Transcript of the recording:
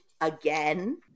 again